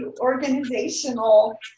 organizational